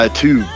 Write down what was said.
two